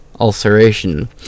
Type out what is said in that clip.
Ulceration